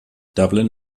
dublin